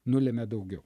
nulemia daugiau